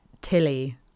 Tilly